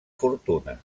fortuna